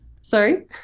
Sorry